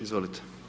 Izvolite.